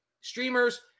streamers